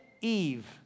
Eve